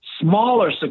smaller